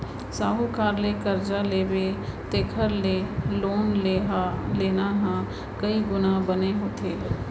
साहूकार ले करजा लेबे तेखर ले लोन लेना ह कइ गुना बने होथे